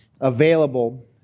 available